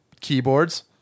keyboards